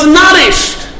nourished